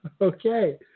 okay